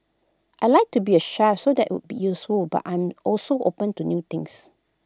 I'd like to be A chef so that would be useful but I'm also open to new things